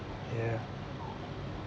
ya